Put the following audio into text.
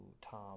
Tom